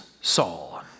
Saul